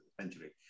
century